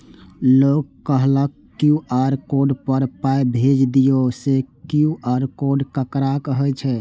लोग कहलक QR code पर पाय भेज दियौ से क्यू.आर कोड ककरा कहै छै?